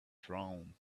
drown